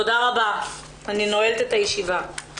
תודה רבה, אני נועלת את הישיבה.